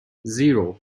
zero